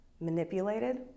Manipulated